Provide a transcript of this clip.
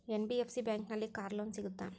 NBFC ಬ್ಯಾಂಕಿನಲ್ಲಿ car loan ಸಿಗುತ್ತಾ?